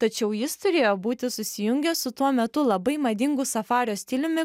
tačiau jis turėjo būti susijungęs su tuo metu labai madingu safario stiliumi